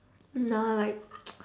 nah like